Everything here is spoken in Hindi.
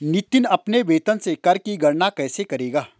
नितिन अपने वेतन से कर की गणना कैसे करेगा?